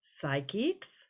psychics